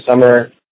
summer